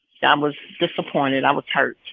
i um was disappointed. i was hurt.